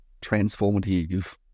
transformative